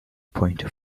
pointer